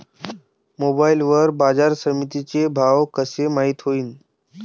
Mobile वर बाजारसमिती चे भाव कशे माईत होईन?